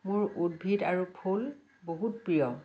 মোৰ উদ্ভিদ আৰু ফুল বহুত প্ৰিয়